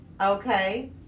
Okay